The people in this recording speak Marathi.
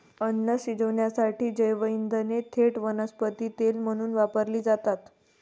अन्न शिजवण्यासाठी जैवइंधने थेट वनस्पती तेल म्हणून वापरली जातात